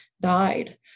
died